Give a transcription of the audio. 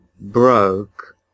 broke